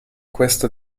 questo